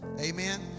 Amen